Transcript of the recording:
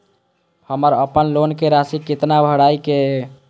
हमर अपन लोन के राशि कितना भराई के ये?